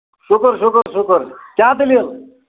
شُکُر شُکُر شُکُر کیٛاہ دٔلیل